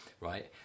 right